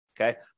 Okay